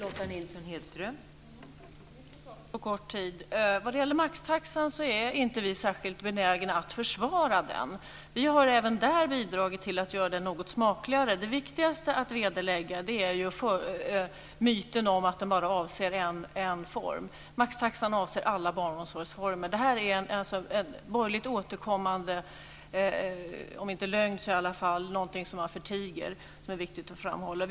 Fru talman! Det var många saker på kort tid. Vi är inte särskilt benägna att försvara maxtaxan. Vi har även där bidragit till att göra den något smakligare. Det viktigaste att vederlägga är myten om att maxtaxan bara avser en form av omsorg. Maxtaxan avser alla barnomsorgsformer. Det är en borgerligt återkommande om inte lögn så i alla fall något man förtiger. Det är viktigt att framhålla.